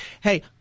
hey